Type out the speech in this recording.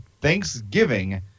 Thanksgiving